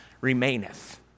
remaineth